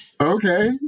Okay